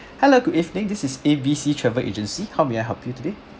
hello good evening this is A B C travel agency how may I help you today